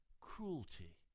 cruelty